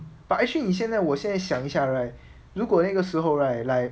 but actually 你现在我现在想一下 right 如果那个时候 right like